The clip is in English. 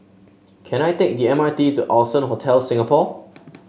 can I take the M R T to Allson Hotel Singapore